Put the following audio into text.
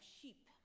sheep